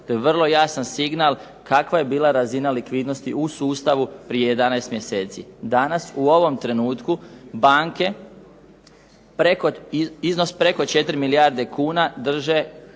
To je vrlo jasan signal kakva je bila razina likvidnosti u sustavu prije 11 mjeseci. Danas u ovom trenutku banke preko, iznos preko 4 milijarde kuna drže